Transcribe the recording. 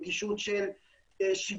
נגישות של שידורים,